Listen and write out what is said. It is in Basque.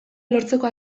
lortzeko